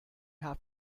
have